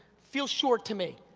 feels short to me,